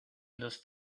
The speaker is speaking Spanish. los